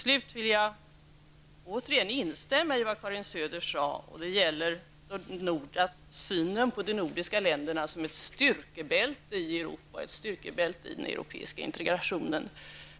Jag vill slutligen instämma i det Karin Söder sade om synen på de nordiska länderna som ett styrkebälte i Europa och i den europeiska integrationen.